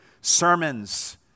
sermons